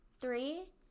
three